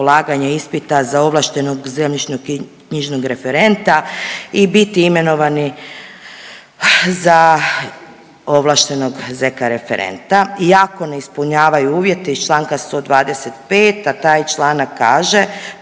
polaganja ispita za ovlaštenog zemljišnoknjižnog referenta i biti imenovani za ovlaštenog zk. referenta i ako ne ispunjavaju uvjete iz čl. 125., a taj članak kaže